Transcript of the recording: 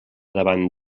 davant